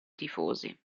tifosi